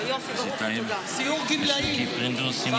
סיור גמלאים ב-2035.